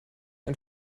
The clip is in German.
ein